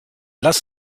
lass